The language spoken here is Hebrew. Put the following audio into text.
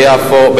ביפו,